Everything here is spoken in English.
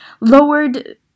lowered